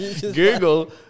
Google